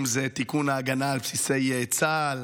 אם זה תיקון ההגנה על בסיסי צה"ל,